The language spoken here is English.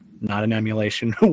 not-an-emulation